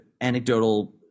anecdotal